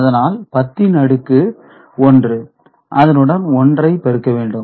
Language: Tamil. அதனால் 10 ன்அடுக்கு 1 அதனுடன் 1 ஐ பெருக்க வேண்டும்